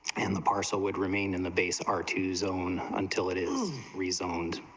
and the parcel would remain in the base are two zone until it is rezoned